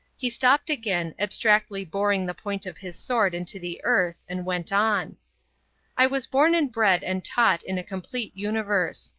he stopped again, abstractedly boring the point of his sword into the earth, and went on i was born and bred and taught in a complete universe.